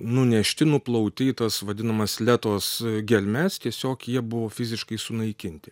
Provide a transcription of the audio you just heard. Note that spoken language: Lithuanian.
nunešti nuplauti į tas vadinamas letos gelmes tiesiog jie buvo fiziškai sunaikinti